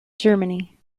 germany